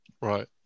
right